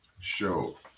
show